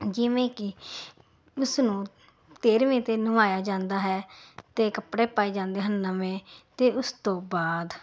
ਜਿਵੇਂ ਕਿ ਉਸ ਨੂੰ ਤੇਰਵੇਂ 'ਤੇ ਨਵਾਇਆ ਜਾਂਦਾ ਹੈ ਅਤੇ ਕੱਪੜੇ ਪਾਏ ਜਾਂਦੇ ਹਨ ਨਵੇਂ ਅਤੇ ਉਸ ਤੋਂ ਬਾਅਦ